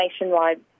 nationwide